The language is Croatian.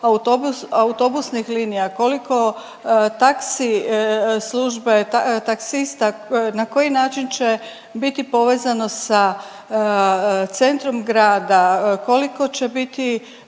autobusnih linija, koliko taksi službe, taksista na koji način će biti povezano sa centrom grada, koliko će biti